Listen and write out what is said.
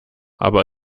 aber